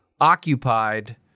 occupied